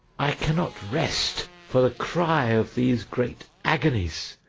i cannot rest for the cry of these great agonies.